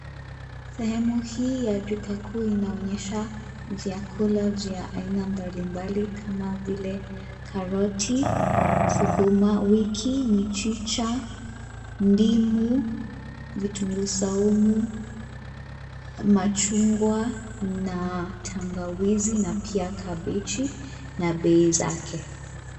Sehemu hii ya duka kuu inaonyesha vyakula vya aina mbalimbali kama vile karoti, sukuma wiki, michicha, ndimu, vitunguu saumu, machungwa na tangawizi na pia kabichi na bei zake.